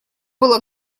было